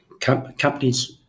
companies